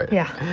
yeah,